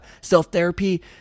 self-therapy